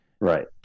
right